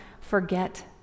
forget